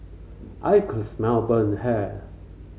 I could smell burnt hair